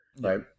right